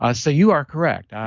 ah so you are correct.